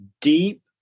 deep